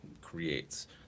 creates